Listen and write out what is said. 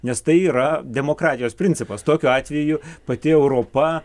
nes tai yra demokratijos principas tokiu atveju pati europa